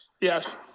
Yes